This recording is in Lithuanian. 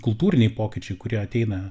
kultūriniai pokyčiai kurie ateina